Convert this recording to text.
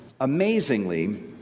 Amazingly